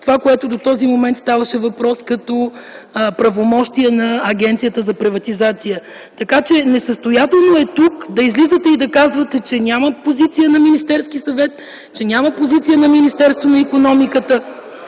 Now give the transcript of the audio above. това, което до този момент ставаше въпрос – като правомощия на Агенцията за приватизация. Несъстоятелно е да излизате тук и да казвате, че няма позиция на Министерския съвет, че няма позиция на Министерството на икономиката,